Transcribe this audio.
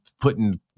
putting